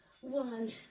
one